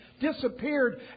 disappeared